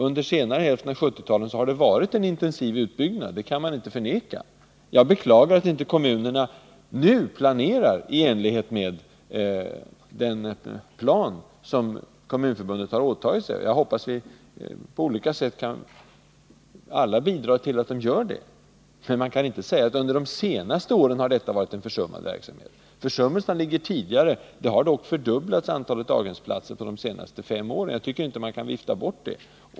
Under senare hälften av 1970-talet har det skett en intensiv utbyggnad — det kan man inte förneka. Jag beklagar att inte kommunerna nu planerar i enlighet med den plan som regeringen och Kommunförbundet har kommit överens om, och jag hoppas vi alla på olika sätt kan bidra till att de gör det. Man kan inte säga att detta har varit en försummad verksamhet under de senaste åren. Försummelserna ligger tidigare. Antalet daghemsplatser har dock fördubblats på de senaste fem åren. Jag tycker inte man kan vifta bort det.